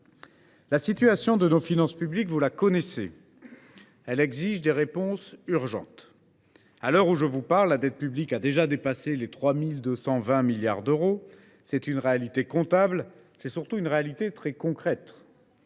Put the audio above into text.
La situation de nos finances publiques, vous la connaissez. Elle exige des réponses urgentes. À l’heure où je vous parle, la dette publique dépasse les 3 220 milliards d’euros. C’est une réalité comptable. C’est surtout une réalité très concrète.